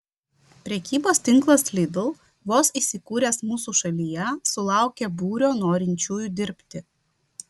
prekybos tinklas lidl vos įsikūręs mūsų šalyje sulaukė būrio norinčiųjų dirbti